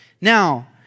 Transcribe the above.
Now